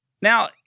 now